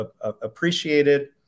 appreciated